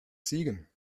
ziegen